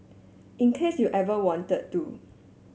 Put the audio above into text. in case you ever wanted to